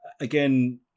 Again